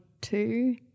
two